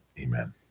Amen